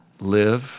live